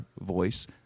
voice